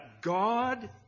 God